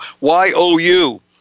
Y-O-U